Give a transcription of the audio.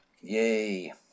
Yay